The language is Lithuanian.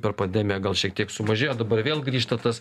per pandemiją gal šiek tiek sumažėjo dabar vėl grįžta tas